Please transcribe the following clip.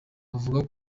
bavuga